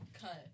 cut